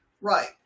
Right